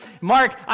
Mark